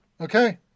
Okay